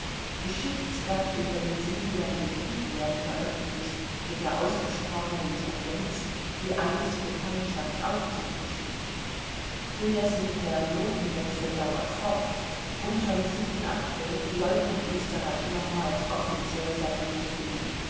geschichtswerke über den siebenjährigen krieg werden veröffentlicht mit der ausgesprochenen tendenz die einstige feindschaft aufzufrischen indessen der notenwechsel dauert fort unterm april leugnet österreich nochmals offiziell seine rüstungen